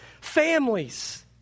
families